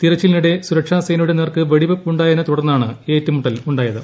തിരിച്ചിലിനിടെ സുരക്ഷാസേനയുടെ നേർക്ക് വെടിവെയ്പ്പുണ്ടായതിനെ തുടർന്നാണ് ഏറ്റുമുട്ടൽ ഉണ്ടായത്